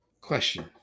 question